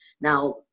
Now